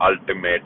ultimate